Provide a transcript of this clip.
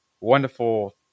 wonderful